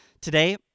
today